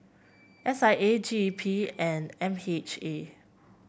S I A G E P and M H A